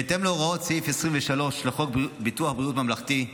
בהתאם להוראות סעיף 23 לחוק ביטוח בריאות ממלכתי,